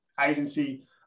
agency